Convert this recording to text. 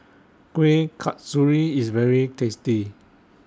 Kuih Kasturi IS very tasty